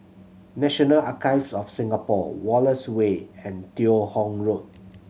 National Archives of Singapore Wallace Way and Teo Hong Road